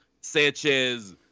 Sanchez